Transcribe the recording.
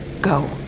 Go